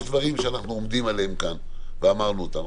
יש דברים שאנחנו עומדים עליהם כאן ואמרנו אותם.